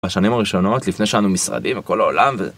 בשנים הראשונות לפני שהיה לנו משרדים בכל העולם